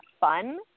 fun